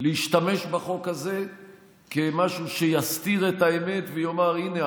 להשתמש בחוק הזה כמשהו שיסתיר את האמת ויאמר: הינה,